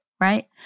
right